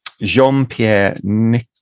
Jean-Pierre